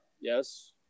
Yes